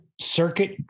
circuit